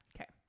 Okay